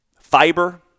fiber